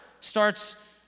starts